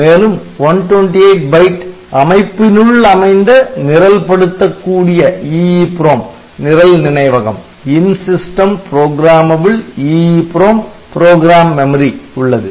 மேலும் 128 பைட் அமைப்பினுள் அமைந்த நிரல் படுத்தக் கூடிய EEPROM நிரல் நினைவகம் உள்ளது